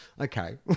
okay